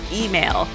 email